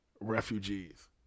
refugees